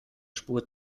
spur